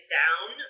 down